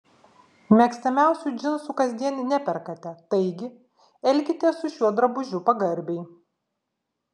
mėgstamiausių džinsų kasdien neperkate taigi elkitės su šiuo drabužiu pagarbiai